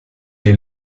est